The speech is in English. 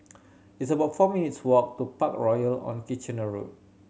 it's about four minutes' walk to Parkroyal on Kitchener Road